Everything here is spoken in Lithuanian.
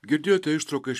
girdėjote ištrauką iš